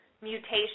mutation